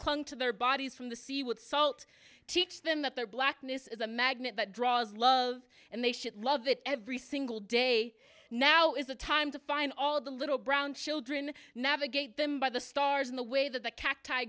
clung to their bodies from the sea with salt teach them that their blackness is a magnet that draws love and they should love it every single day now is the time to find all the little brown children navigate them by the stars in the way that the cacti